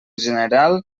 general